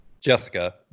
Jessica